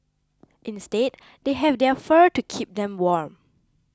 instead they have their fur to keep them warm